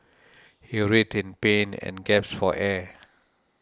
he writhed in pain and gasped for air